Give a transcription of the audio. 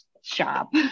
shop